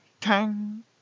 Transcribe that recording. tang